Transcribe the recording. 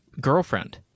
girlfriend